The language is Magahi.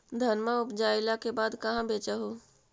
धनमा उपजाईला के बाद कहाँ बेच हू?